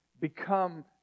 become